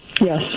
Yes